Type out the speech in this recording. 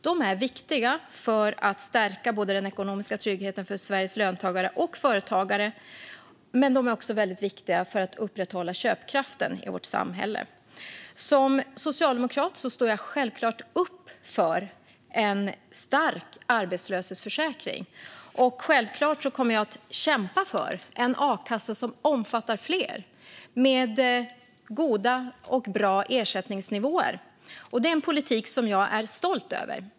De är viktiga för att stärka den ekonomiska tryggheten för Sveriges löntagare och företagare. Men de är också väldigt viktiga för att upprätthålla köpkraften i vårt samhälle. Som socialdemokrat står jag självklart upp för en stark arbetslöshetsförsäkring. Självklart kommer jag att kämpa för en a-kassa som omfattar fler, med goda och bra ersättningsnivåer. Det är en politik som jag är stolt över.